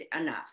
enough